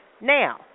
Now